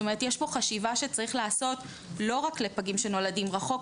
יש פה חשיבה שצריך לעשות לא רק לפגים שנולדים רחוק,